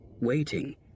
waiting